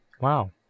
Wow